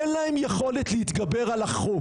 אין להם יכולת להתגבר על החוק.